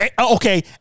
Okay